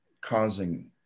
causing